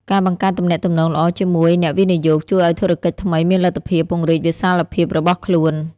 ការបង្កើតទំនាក់ទំនងល្អជាមួយអ្នកវិនិយោគជួយឱ្យធុរកិច្ចថ្មីមានលទ្ធភាពពង្រីកវិសាលភាពរបស់ខ្លួន។